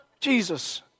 Jesus